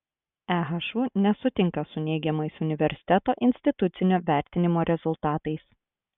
ehu nesutinka su neigiamais universiteto institucinio vertinimo rezultatais